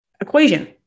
equation